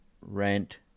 rent